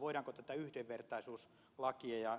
voidaanko tätä yhdenvertaisuuslakia